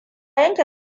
yanke